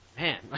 man